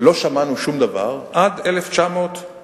לא שמענו שום דבר עד 1996,